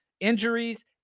Injuries